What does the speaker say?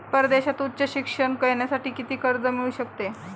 परदेशात उच्च शिक्षण घेण्यासाठी किती कर्ज मिळू शकते?